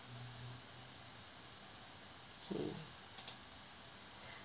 K